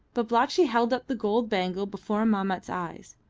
babalatchi held up the gold bangle before mahmat's eyes.